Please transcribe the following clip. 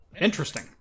Interesting